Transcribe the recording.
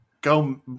go